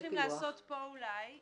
צריך לעשות פה אולי ישיבה,